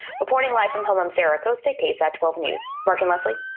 reporting live from home, i'm sarah acosta ksat twelve news mark and leslie.